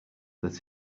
that